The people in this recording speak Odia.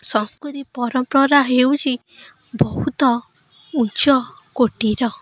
ସଂସ୍କୃତି ପରମ୍ପରା ହେଉଛି ବହୁତ ଉଚ୍ଚ କୋଟିର